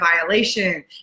violation